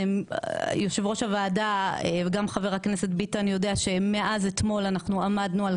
יושב ראש הוועדה וגם חבר הכנסת ביטן יודעים שמאז אתמול עמדנו על